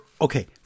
Okay